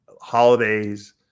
holidays